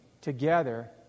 together